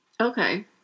Okay